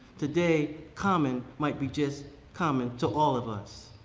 today common might be just common to all of us.